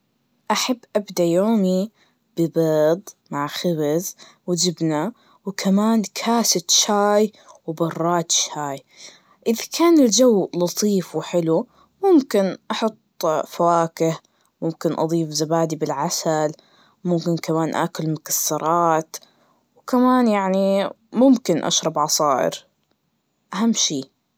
أحب أبدأ يومي ببيض مع خبز, جبنة, وكمان كاسة شاي, وبراد شاي, إذ كان الجو لطيف وحلو ممكن أحط فواكه, ممكن أضيف ذبادي بالعسل, ممكن كمان آكل مكسرات, وكمان يعني ممكن أشرب عصائر, أهم شي.